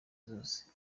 zose